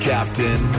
Captain